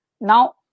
Now